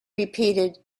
repeated